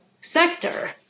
sector